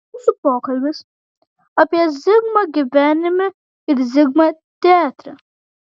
mūsų pokalbis apie zigmą gyvenime ir zigmą teatre